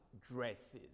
dresses